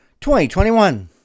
2021